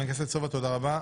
חבר הכנסת סובה, תודה רבה.